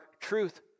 truth